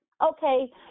okay